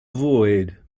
avoid